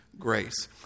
grace